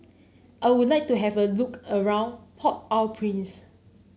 I would like to have a look around Port Au Prince